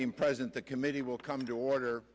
in present the committee will come to order